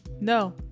No